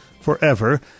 forever